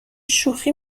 شوخی